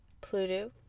pluto